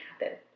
happen